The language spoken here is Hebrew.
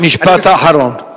משפט אחרון.